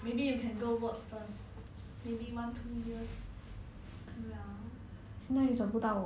ya lor like waste time mm I think it's good that you